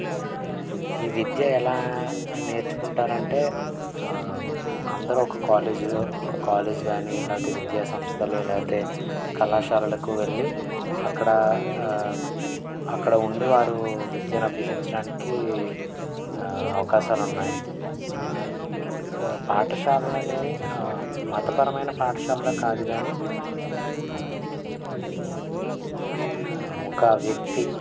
ఈ విద్య ఎలా నేర్చుకుంటారు అంటే అందరు ఒక కాలేజ్లో ఒక కాలేజ్ కానీ లేకపోతే విద్యా సంస్థలు లేకపోతే కళాశాలలకు వెళ్ళి అక్కడ అక్కడ ఉండి వారు విద్యను అభ్యసించడానికి అవకాశాలు ఉన్నాయి పాఠశాలలు అనేవి మతపరమైన పాఠశాలలో కాదు కానీ ఒక వ్యక్తి